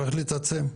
צריך להתעצם.